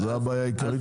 זו הבעיה העיקרית שלו.